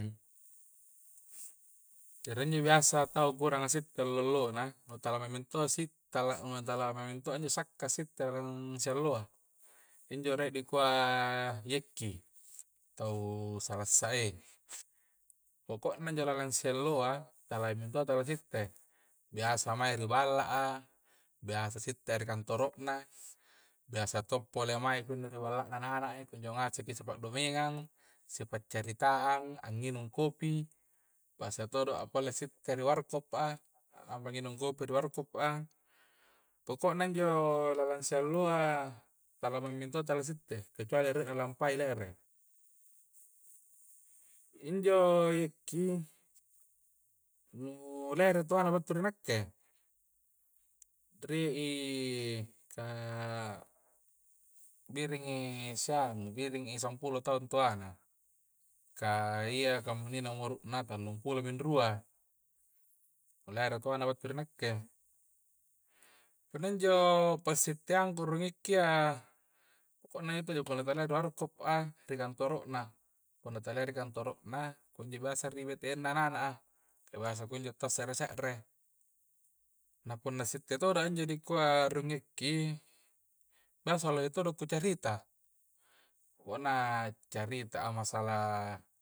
Jari injo biasa tau kurang asetta lo-allona nu tala maengmi to sitte tala ngu tala maeng nu sakka sitte rong sialloa injo re' dikua je'ki tau salassae pokoknya injo lallingsialloa tala minto tala sitte. biasa mae ri balla a, biasa sitte ri kantoro'na biasa to pole mae kunni ri balla na anak-anak e, kunjo ngasengki sipa'domengang, sippacaritaang, angnginung kopi, biasa todo a pole sitte ri warkop a, a lampa'a nginung kopi ri warkop a, pokokna injo lalangsialloa tala maengma to tala sitte kucuali rie nalampai lere injo ekki, nu lere toana battu ri nakke rie i kah biringi sianu, biringi sampulong tahung toana, kah iya kah muningna umuru'na tallung pulongmi rua nu lere toana battu ri nakke punna iya injo passiteangku rung ikki ya pokona itu talea di warkop'a ri kantoro'na punna talea ri kantoro'na kunjo biasa ri btn na nak-anak a kah biasa kunjo to'si se're-se're na punna sitte todo a injo dikua rungi ikki, biasa lohe todo kucarita, pokona carita a masalah.